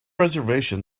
reservation